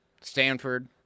Stanford